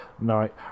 Night